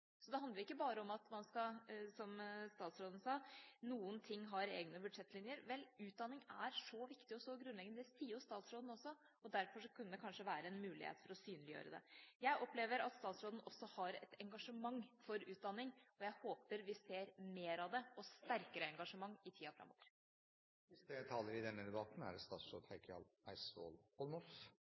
Så det handler ikke bare om at noen ting har egne budsjettlinjer, som statsråden sa. Utdanning er så viktig og så grunnleggende – det sier jo statsråden også. Derfor kunne det kanskje være en mulighet for å synliggjøre det. Jeg opplever at statsråden også har et engasjement for utdanning, og jeg håper vi ser mer av det og et sterkere engasjement i tida